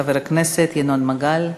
חבר הכנסת ינון מגל.